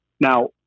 Now